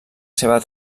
seva